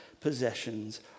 possessions